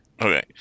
Okay